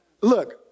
Look